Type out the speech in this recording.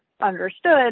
understood